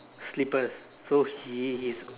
slippers so he is